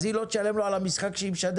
אז היא לא תשלם לו על המשחק שהיא משדרת?